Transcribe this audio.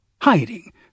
hiding